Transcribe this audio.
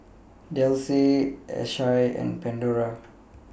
Delsey Asahi and Pandora